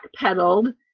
backpedaled